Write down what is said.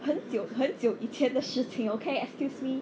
很久很久以前的事情 okay excuse me